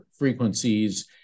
frequencies